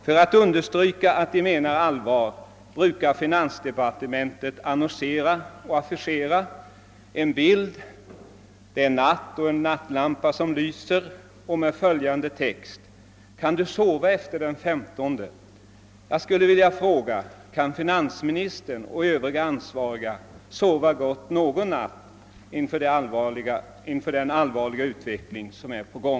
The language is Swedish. För att understryka allvaret då brukar finansdepartementet annonsera med en affisch, som föreställer en lampa som lyser om natten och med följande text: »Kan du sova efter den 15?»